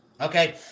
Okay